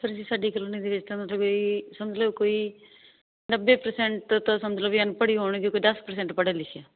sir ji ਸਾਡੀ colony ਦੇ ਵਿੱਚ ਤਾਂ ਮਤਲਬ ਇਹ ਹੀ ਸਮਝ ਲਓ ਕੋਈ ਨੱਬੇ ਪਰਸੈਂਟ ਤੋਂ ਤਾਂ ਸਮਝ ਲਿਓ ਵੀ ਅਣਪੜ੍ਹ ਹੀ ਹੋਣਗੇ ਕੋਈ ਦਸ ਪਰਸੈਂਟ ਪੜ੍ਹੇ ਲਿਖੇ